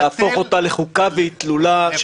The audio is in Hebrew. להפוך אותה לחוכא ואיטלולא,